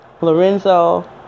Lorenzo